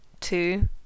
two